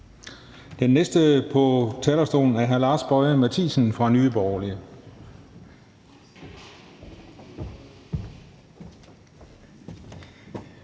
Den næste på talerstolen er hr. Lars Boje Mathiesen fra Nye Borgerlige.